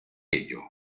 ello